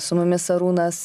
su mumis arūnas